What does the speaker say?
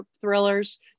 thrillers